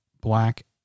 black